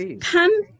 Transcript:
come